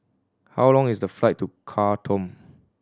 how long is the flight to Khartoum